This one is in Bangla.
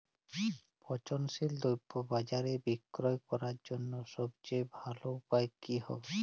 পচনশীল দ্রব্য বাজারে বিক্রয় করার জন্য সবচেয়ে ভালো উপায় কি হবে?